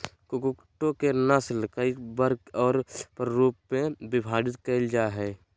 कुक्कुटों के नस्ल कई वर्ग और प्ररूपों में विभाजित कैल जा हइ